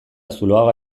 zuloaga